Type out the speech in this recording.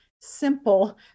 simple